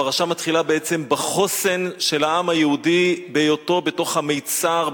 הפרשה בעצם מתחילה בחוסן של העם היהודי בהיותו בתוך המצר,